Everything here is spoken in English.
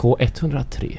K103